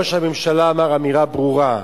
ראש הממשלה אמר אמירה ברורה: